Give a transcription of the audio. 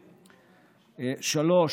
השלישי,